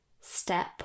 step